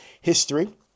history